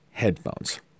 Headphones